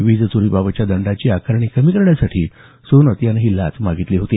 वीजचोरी बाबतच्या दंडाची आकारणी कमी करण्यासाठी सोनत यांनं ही लाच मागितली होती